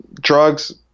drugs